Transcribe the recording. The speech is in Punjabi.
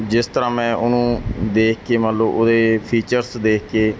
ਜਿਸ ਤਰ੍ਹਾਂ ਮੈਂ ਉਹਨੂੰ ਦੇਖ ਕੇ ਮੰਨ ਲਓ ਉਹਦੇ ਫੀਚਰਸ ਦੇਖ ਕੇ